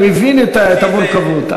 אני מבין את המורכבות,